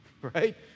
right